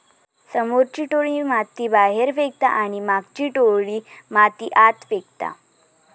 समोरची टोळी माती बाहेर फेकता आणि मागची टोळी माती आत फेकता